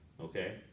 okay